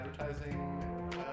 advertising